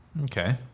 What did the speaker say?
Okay